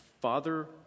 father